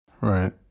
right